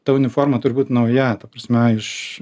ta uniforma turi būt nauja ta prasme iš